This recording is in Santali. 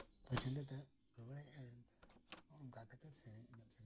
ᱯᱟᱹᱪᱷᱞᱟᱹ ᱛᱮᱧ ᱥᱮᱱᱱᱟ ᱚᱱᱠᱟ ᱠᱟᱛᱮᱜ ᱥᱮᱨᱮᱧ ᱫᱚ